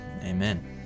amen